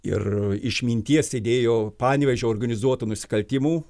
ir išminties sėdėjo panevėžio organizuotų nusikaltimų